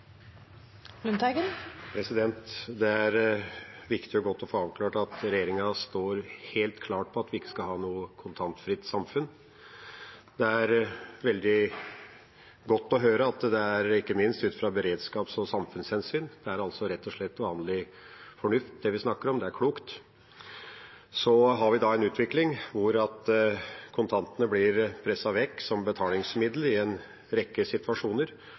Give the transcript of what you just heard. Det er viktig og godt å få avklart at regjeringa står helt klart på at vi ikke skal ha noe kontantfritt samfunn. Det er veldig godt å høre ikke minst ut fra et beredskaps- og samfunnshensyn. Det er altså rett og slett vanlig fornuft, det vi snakker om. Det er klokt. Vi har en utvikling der kontantene blir presset vekk som betalingsmiddel i en rekke situasjoner,